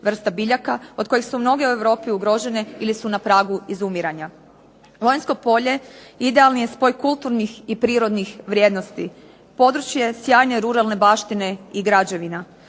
vrsta biljaka od kojih su mnoge u Europi ugrožene ili su na pragu izumiranja. Lonjsko polje idealni je spoj kulturnih i prirodnih vrijednosti. Područje sjajne ruralne baštine i građevina.